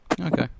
Okay